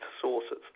sources